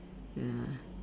ya